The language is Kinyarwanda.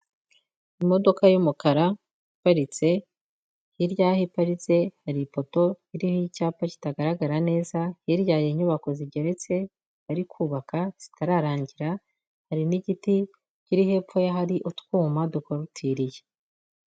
Imodoka y'umukara iparitse, hirya y'aho iparitse hari ipoto ririho icyapa kitagaragara neza, hirya hari inyubako zigeretse, bari kubaka zitararangira, hari n'igiti kiri hepfo y'ahari utwuma dukorotiriye.